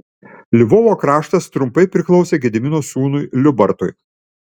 lvovo kraštas trumpai priklausė gedimino sūnui liubartui